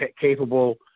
capable